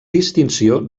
distinció